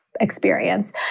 experience